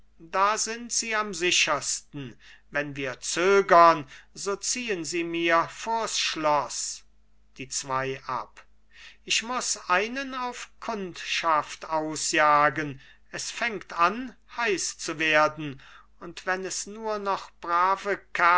da sind sie am sichersten wenn wir zögern so ziehen sie mir vors schloß die zwei ab ich muß einen auf kundschaft ausjagen es fängt an heiß zu werden und wenn es nur noch brave